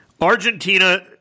Argentina